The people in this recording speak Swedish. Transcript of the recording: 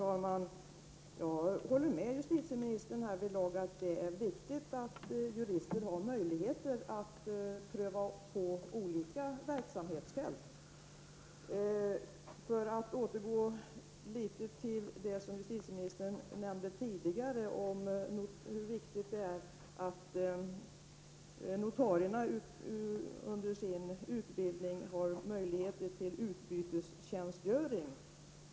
Herr talman! Jag håller med justitieministern om att det är viktigt att jurister har möjlighet att pröva på olika verksamhetsfält. Jag återgår till vad justitieministern nämnde tidigare om hur viktigt det är att notarierna under sin utbildning har möjligheter till utbytestjänstgöring.